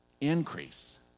increase